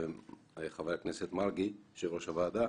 יושב-ראש הוועדה,